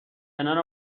کنار